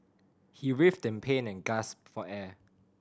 he writhed in pain and gasped for air